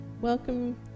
Welcome